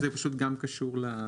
פשוט גם זה קשור.